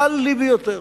קל לי ביותר.